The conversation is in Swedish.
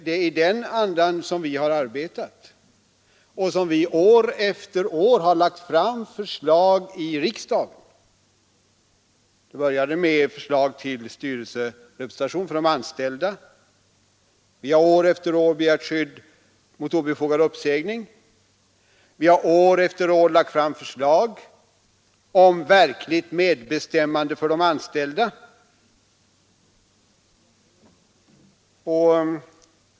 Det är i den andan som vi arbetat och som vi år efter år lagt fram förslag i riksdagen. Vi var först med förslag till styrelserepresentation för de anställda. Vi har år efter år begärt skydd mot obefogad uppsägning, vi har år efter år lagt fram förslag om verkligt medbestämmande för de anställda.